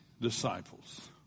disciples